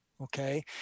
Okay